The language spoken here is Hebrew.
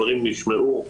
הדברים נשמעו.